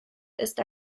ist